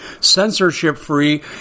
censorship-free